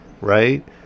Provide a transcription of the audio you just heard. right